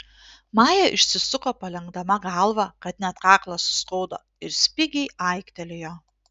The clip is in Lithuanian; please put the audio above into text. maja išsisuko palenkdama galvą kad net kaklą suskaudo ir spigiai aiktelėjo